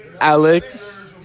Alex